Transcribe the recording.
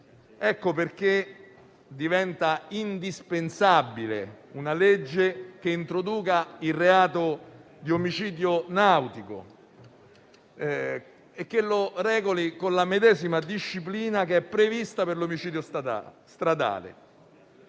Ecco perché diventa indispensabile una legge che introduca il reato di omicidio nautico e che lo regoli con la medesima disciplina prevista per l'omicidio stradale.